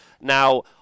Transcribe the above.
Now